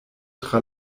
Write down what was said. tra